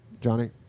Johnny